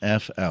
FL